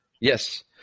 Yes